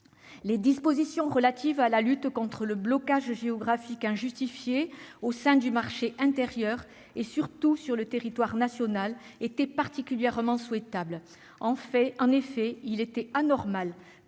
Les dispositions relatives à la lutte contre le blocage géographique injustifié au sein du marché intérieur et, surtout, sur le territoire national étaient particulièrement souhaitables. En effet, il était anormal